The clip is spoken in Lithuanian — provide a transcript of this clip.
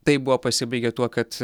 tai buvo pasibaigė tuo kad